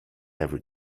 every